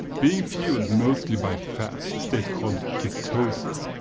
being fueled mostly by fat, a state called ketosis,